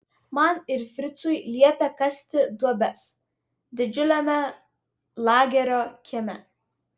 man ir fricui liepė kasti duobes didžiuliame lagerio kieme